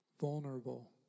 Vulnerable